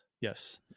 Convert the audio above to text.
yes